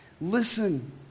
Listen